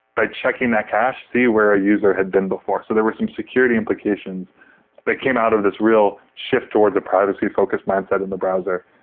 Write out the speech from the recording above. by checking that cache, see where a user had been before. so there were some security implications that came out of this real shift towards a privacy-focused plan mindset in the browser.